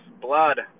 blood